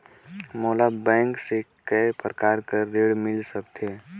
मोला बैंक से काय प्रकार कर ऋण मिल सकथे?